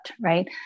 right